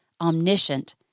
omniscient